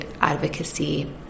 advocacy